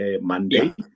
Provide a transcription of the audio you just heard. monday